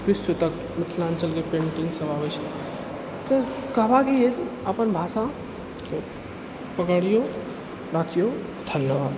विश्व तक मिथिलाञ्चलके पेन्टिङ्ग सब आबै छै तऽ कहबाके ई अछि अपन भाषाके पकड़िऔ राखिऔ धन्यवाद